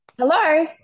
Hello